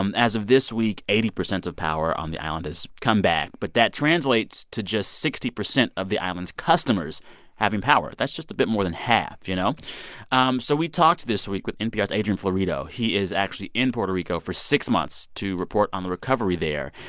um as of this week, eighty percent of power on the island has come back. but that translates to just sixty percent of the island's customers having power. that's just a bit more than half, you know um so we talked this week with npr's adrian florido. he is actually in puerto rico for six months to report on the recovery there.